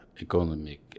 Economic